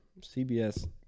CBS